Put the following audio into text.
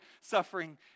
suffering